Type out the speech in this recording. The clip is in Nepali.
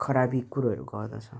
खराबी कुरोहरू गर्दछ